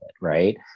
right